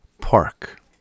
Park